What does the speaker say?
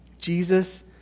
Jesus